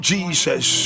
Jesus